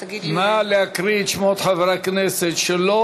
נא להקריא את שמות חברי הכנסת שלא